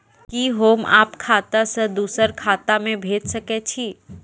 कि होम आप खाता सं दूसर खाता मे भेज सकै छी?